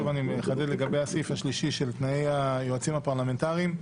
אני מחדד לגבי הסעיף השלישי של תנאי היועצים הפרלמנטריים,